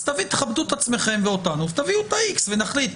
אז תכבדו את עצמכם ואותנו ותביאו את ה-X ונחליט,